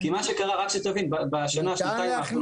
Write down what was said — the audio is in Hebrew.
מה שקרה, רק שתבין, בשנה-שנתיים האחרונות